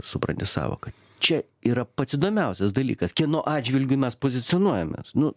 supranti sąvoką čia yra pats įdomiausias dalykas kieno atžvilgiu mes pozicionuojamės nu